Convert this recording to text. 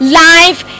life